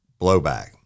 blowback